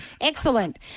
Excellent